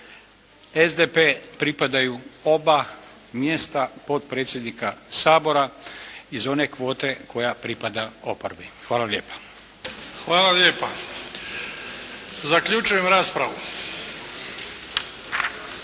SDP-u pripadaju oba mjesta potpredsjednika Sabora iz one kvote koja pripada oporbi. Hvala lijepa. **Bebić, Luka (HDZ)** Hvala lijepa. Zaključujem raspravu.